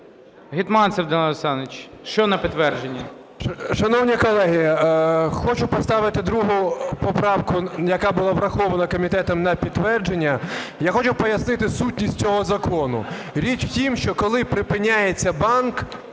Гетманцев Данило Олександрович. Що на підтвердження? 11:43:01 ГЕТМАНЦЕВ Д.О. Шановні колеги, хочу поставити другу поправку, яка була врахована комітетом, на підтвердження. Я хочу пояснити сутність цього закону. Річ в тім, що коли припиняється банк,